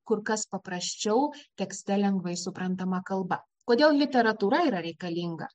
kur kas paprasčiau tekste lengvai suprantama kalba kodėl literatūra yra reikalinga